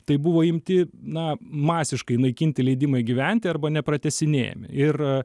tai buvo imti na masiškai naikinti leidimai gyventi arba nepratęsinėja ir